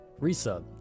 resub